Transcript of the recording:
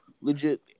legit